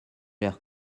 l’air